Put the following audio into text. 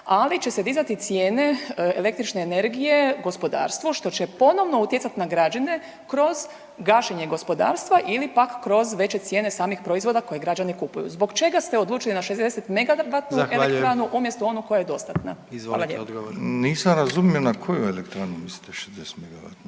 ali će se dizati cijene električne energije gospodarstvu, što će ponovno utjecat na građane kroz gašenje gospodarstva ili pak kroz veće cijene samih proizvoda koje građani kupuju. Zbog čega ste se odlučili na 60 megavatnu elektranu umjesto onu koja je dostatna? Hvala lijepo. **Jandroković, Gordan (HDZ)**